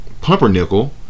Pumpernickel